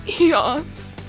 eons